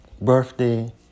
birthday